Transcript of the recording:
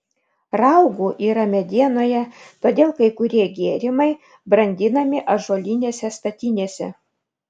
raugų yra medienoje todėl kai kurie gėrimai brandinami ąžuolinėse statinėse